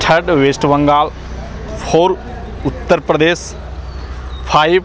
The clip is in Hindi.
third west Bengal four Uttar Pradesh five